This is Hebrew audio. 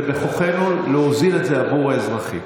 בכוחנו להוזיל את זה בעבור האזרחים.